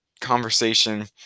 conversation